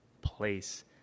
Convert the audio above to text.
place